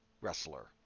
wrestler